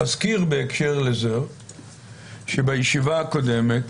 אזכיר בהקשר לזה שבישיבה הקודמת,